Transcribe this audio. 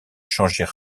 changer